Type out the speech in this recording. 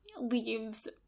leaves